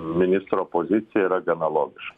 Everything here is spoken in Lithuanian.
ministro pozicija yra gana logiška